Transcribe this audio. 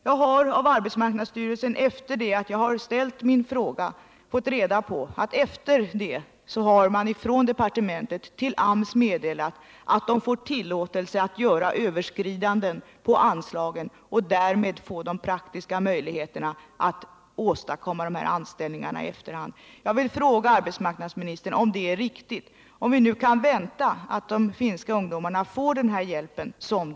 Jag har av arbetsmarknadsstyrelsen efter det att jag har ställt min fråga fått reda på att departementet därefter har meddelat AMS tillåtelse att göra anslagsöverskridanden och därmed få de praktiska möjligheterna att åstadkomma de här anställningarna i efterhand.